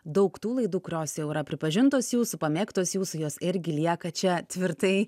daug tų laidų kurios jau yra pripažintos jūsų pamėgtos jūsų jos irgi lieka čia tvirtai